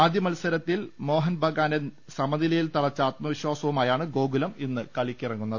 ആദ്യ മത്സരത്തിൽ മോഹൻ ഭഗനെ സമനിലയിൽ തളച്ച ആത്മ വിശ്വാസവുമായാണ് ഗോകുലം ഇന്ന് കളിക്കിറങ്ങുന്നത്